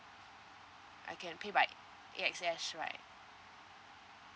I can pay by A_X_S right